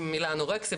אנורקסיה,